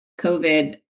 COVID